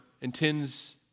intends